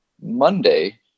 Monday